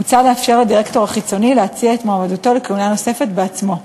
מוצע לאפשר לדירקטור חיצוני להציע את מועמדותו לכהונה נוספת בעצמו.